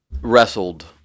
Wrestled